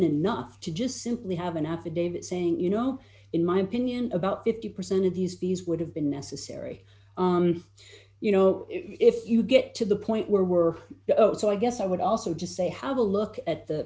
enough to just simply have an affidavit saying you know in my opinion about fifty percent of these fees would have been necessary you know if you get to the point where we're so i guess i would also just say have a look at the